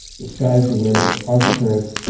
the sky's the limit. you have positive parents.